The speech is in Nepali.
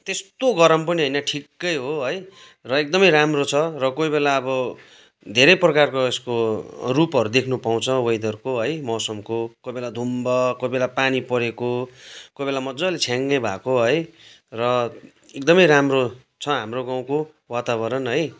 त्यस्तो गरम पनि होइन ठिकै हो है र एकदमै राम्रो छ र कोही बेला अब धेरै प्रकारको यसको रूपहरू देख्नु पाउँछ वेदरको है मौसमको कोही बेला धुम्ब कोही बेला पानी परेको कोही बेला मज्जाले छ्याङ्गै भएको है र एकदमै राम्रो छ हाम्रो गाउँको वातावरण है